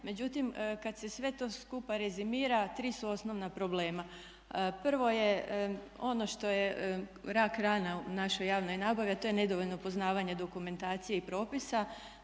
Međutim, kad se sve to skupa rezimira tri su osnovna problema. Prvo je ono što je rak rana u našoj javnoj nabavi a to je nedovoljno poznavanje dokumentacije i propisa.